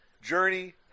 Journey